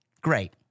Great